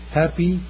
happy